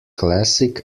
classic